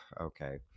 okay